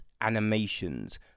animations